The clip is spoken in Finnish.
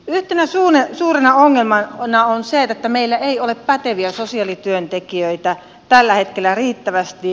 yhtenä suurena ongelmana on se että meillä ei ole päteviä sosiaalityöntekijöitä tällä hetkellä riittävästi